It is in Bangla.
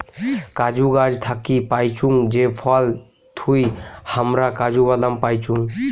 কাজু গাছ থাকি পাইচুঙ যে ফল থুই হামরা কাজু বাদাম পাইচুং